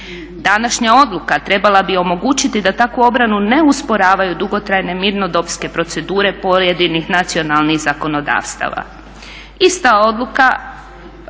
Današnja odluka trebala bi omogućiti da takvu obranu ne usporavaju dugotrajne mirnodopske procedure pojedinih nacionalnih zakonodavstava.